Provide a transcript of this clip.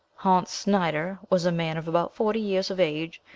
hontz snyder was a man of about forty years of age,